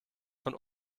von